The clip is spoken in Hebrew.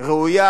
ראויה